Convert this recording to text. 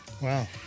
Wow